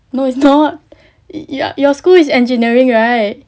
no it's not your school is engineering right